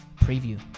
preview